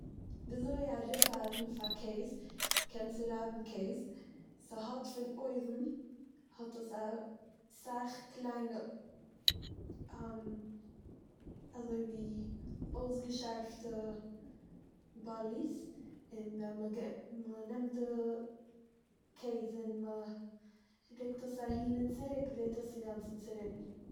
וויזוי א ריב אייזן פאר קעז קען צורייבן קעז. ס'האט פון אויבן האט עס אסאך קליינע אזויווי אויסגעשארפטע באליס, און ווען מ'גע- מ'נעמט די קעז און מ'ריקט עס אהין און צוריק ווערט עס אינגאנצן צוריבען.